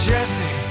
Jesse